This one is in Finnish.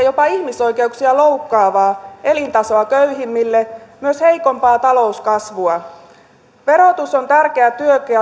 jopa ihmisoikeuksia loukkaavaa elintasoa köyhimmille myös heikompaa talouskasvua verotus on tärkeä